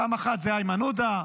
פעם אחת זה איימן עודה,